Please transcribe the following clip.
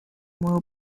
will